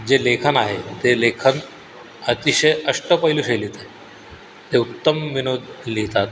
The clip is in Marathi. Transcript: जे लेखन आहे ते लेखन अतिशय अष्टपैलू शैलीचं आहे ते उत्तम विनोद लिहितात